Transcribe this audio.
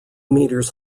meters